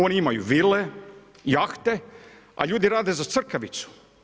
Oni imaju vile, jahte, a ljudi rade za crkavicu.